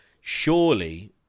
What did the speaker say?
Surely